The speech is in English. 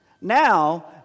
Now